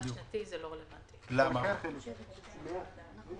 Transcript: לפי איזה מדד זה מתעדכן?